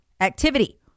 activity